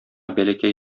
бәләкәй